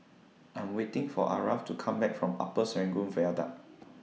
I Am waiting For Aarav to Come Back from Upper Serangoon Viaduct